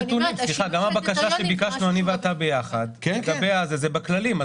גם הבקשה שביקשנו אני ואתה ביחד, זה בכללים.